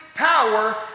Power